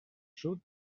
sud